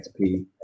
XP